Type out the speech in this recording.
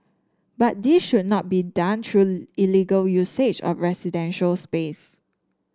but this should not be done through illegal usage of residential space